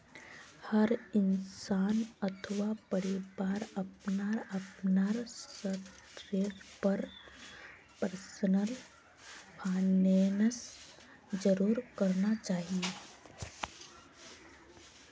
हर इंसान अथवा परिवारक अपनार अपनार स्तरेर पर पर्सनल फाइनैन्स जरूर करना चाहिए